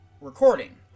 recording